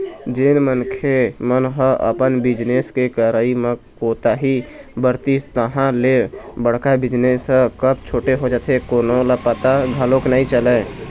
जेन मनखे मन ह अपन बिजनेस के करई म कोताही बरतिस तहाँ ले बड़का बिजनेस ह कब छोटे हो जाथे कोनो ल पता घलोक नइ चलय